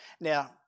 Now